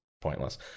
pointless